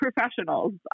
professionals